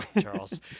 Charles